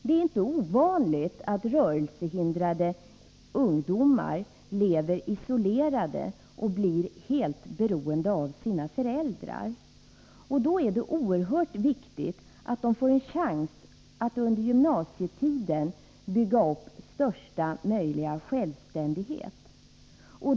Det är inte ovanligt att rörelsehindrade ungdomar lever isolerade och blir helt beroende av sina föräldrar. Därför är det oerhört viktigt att de får en chans att under gymnasietiden bygga upp största möjliga självständighet.